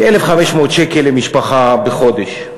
כ-1,500 שקל למשפחה בחודש.